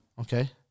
Okay